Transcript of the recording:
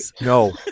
No